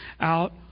out